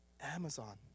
Amazon